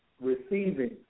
receiving